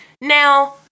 Now